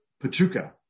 Pachuca